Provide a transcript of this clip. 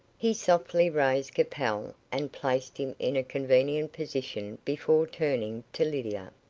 he softly raised capel, and placed him in a convenient position before turning to lydia.